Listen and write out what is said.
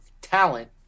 talent